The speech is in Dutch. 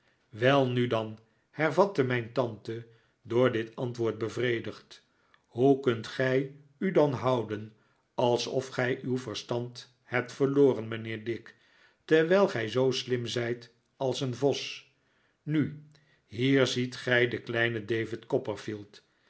welnu dan hervatte mijn tante door dit antwoord bevredigd hoe kunt gij u dan houden alsof gij uw verstand hebt verloren mijnheer dick terwijl gij zoo slim zijt als een vos nu hier ziet gij den kleinen david